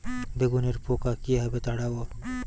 বেগুনের পোকা কিভাবে তাড়াব?